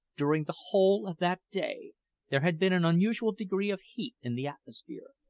during the whole of that day there had been an unusual degree of heat in the atmosphere,